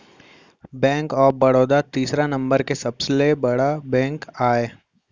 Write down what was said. bank of Baroda तीसरा number के सबले बड़का बेंक आय